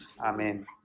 Amen